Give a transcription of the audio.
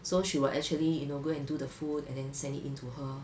so she will actually you know go and do the food and then send it in to her